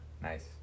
Nice